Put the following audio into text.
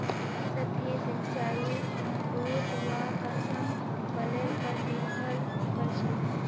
सतही सिंचाई गुरुत्वाकर्षण बलेर पर निर्भर करछेक